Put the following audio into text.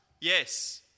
Yes